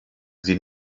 sie